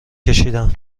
کشیدم